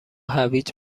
هویج